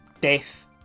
death